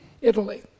Italy